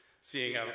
seeing